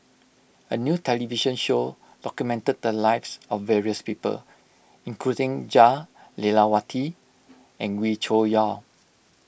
a new television show documented the lives of various people including Jah Lelawati and Wee Cho Yaw